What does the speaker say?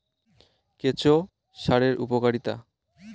কেঁচো সারের উপকারিতা?